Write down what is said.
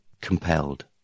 Compelled